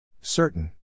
Certain